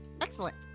Excellent